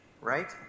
right